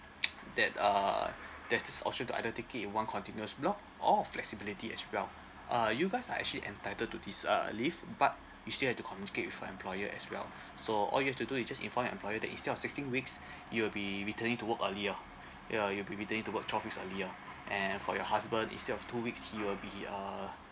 that uh that's also to either take it in one continuous block or flexibility as well uh you guys are actually entitled to this uh leave but you still had to communicate with your employer as well so all you have to do is just inform your employer that instead of sixteen weeks you will be returning to work earlier ya you will be returning to work twelve weeks earlier and for your husband instead of two weeks he will be uh